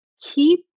keep